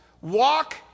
walk